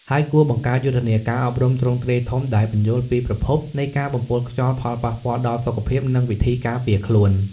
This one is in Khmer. ហើយគួរបង្កើតយុទ្ធនាការអប់រំទ្រង់ទ្រាយធំដែលពន្យល់ពីប្រភពនៃការបំពុលខ្យល់ ផលប៉ះពាល់ដល់សុខភាព និងវិធីការពារខ្លួន។